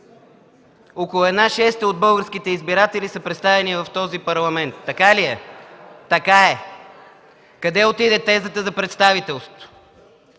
около една шеста от българските избиратели са представени в този Парламент. Така ли е? Така е. Къде отиде тезата за представителство?